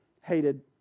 hated